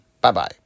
Bye-bye